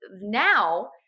now